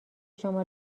شما